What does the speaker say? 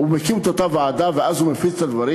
הוא מקים את אותה ועדה, ואז הוא מפיץ את הדברים.